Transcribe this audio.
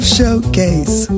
Showcase